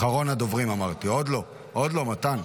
אחרון הדוברים, עוד לא, מתן.